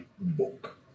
book